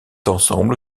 ensemble